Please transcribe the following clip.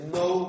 no